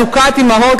אז אני יודע,